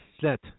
set